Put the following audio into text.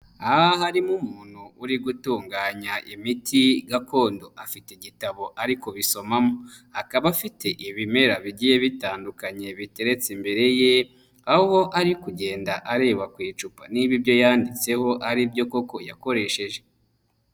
Aha harimo umuntu uri gutunganya imiti gakondo afite igitabo ari kubisomamo. Akaba afite ibimera bigiye bitandukanye biteretse imbere ye, aho ari kugenda areba ku icupa niba ibyo yanditseho aribyo koko yakoresheje.